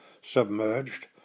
submerged